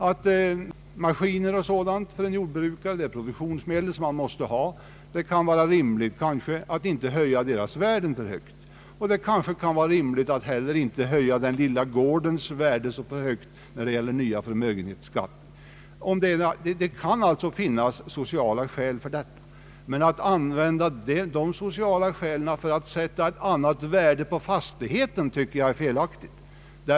Det kan kanske vara rimligt att inte alltför mycket höja värdena på maskiner o. d., produktionsmedel som en jordbrukare måste ha. Det kanske också är rimligt att inte höja den lilla gårdens värde så mycket i den nya förmögenhetsbeskattningen. Det kan således finnas sociala skäl för detta. Men att använda dessa för att sätta ett annat värde på fastigheten anser jag felaktigt.